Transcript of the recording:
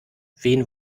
wen